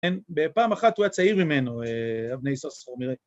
‫כן, בפעם אחת הוא היה צעיר ממנו, ‫אבני סוס אומר.